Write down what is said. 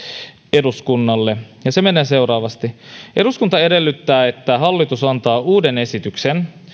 eduskunnalle ja se menee seuraavasti eduskunta edellyttää että hallitus antaa uuden esityksen